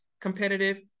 competitive